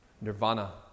nirvana